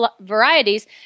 varieties